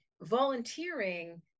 volunteering